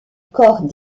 corps